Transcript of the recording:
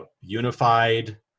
unified